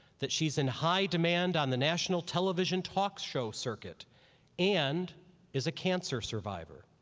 that she's in high demand on the national television talk show circuit and is a cancer survivor.